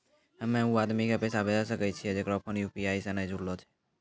हम्मय उ आदमी के पैसा भेजै सकय छियै जेकरो फोन यु.पी.आई से नैय जूरलो छै?